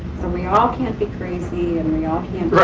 we all can't be crazy. and we all can't